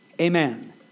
Amen